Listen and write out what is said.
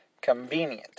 convenient